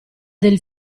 del